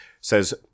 Says